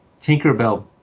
Tinkerbell